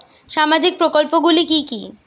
সামাজিক প্রকল্প গুলি কি কি?